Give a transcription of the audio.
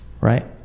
Right